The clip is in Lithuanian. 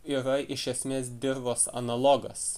yra iš esmės dirvos analogas